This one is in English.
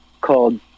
called